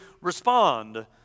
respond